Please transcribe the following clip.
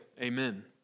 amen